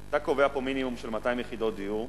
אתה קובע פה מינימום של 200 יחידות דיור,